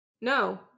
No